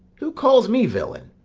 who calls me villain?